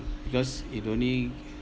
because it only